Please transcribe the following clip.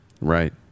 Right